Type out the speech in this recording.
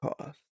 cost